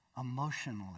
emotionally